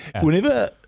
whenever